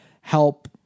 help